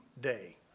day